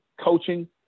coaching